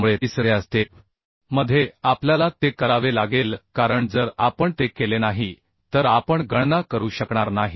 त्यामुळे तिसऱ्या स्टेप मध्ये आपल्याला ते करावे लागेल कारण जर आपण ते केले नाही तर आपण गणना करू शकणार नाही